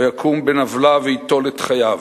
שבו יקום בן-עוולה וייטול את חייו.